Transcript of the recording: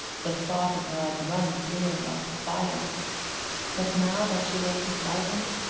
the thought of her had run through him like fire but now that she was beside him,